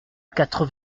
quatre